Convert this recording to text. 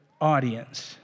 audience